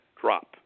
drop